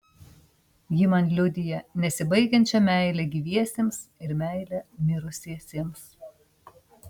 ji man liudija nesibaigiančią meilę gyviesiems ir meilę mirusiesiems